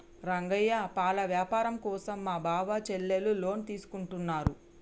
రంగయ్య పాల వ్యాపారం కోసం మా బావ చెల్లెలు లోన్ తీసుకుంటున్నారు